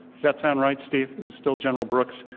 does that sound right, steve, is it still general brooks?